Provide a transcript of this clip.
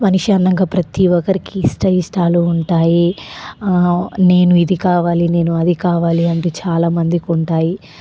మనిషి అన్నాక ప్రతీఒక్కరికి ఇష్టా ఇష్టాలు ఉంటాయి నేను ఇది కావాలి నేను అది కావాలి అంటు చాలామందికి ఉంటాయి